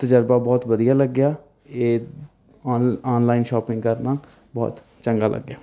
ਤਜਰਬਾ ਬਹੁਤ ਵਧੀਆ ਲੱਗਿਆ ਇਹ ਔਨ ਔਨਲਾਈਨ ਸ਼ਾਪਿੰਗ ਕਰਨਾ ਬਹੁਤ ਚੰਗਾ ਲੱਗਿਆ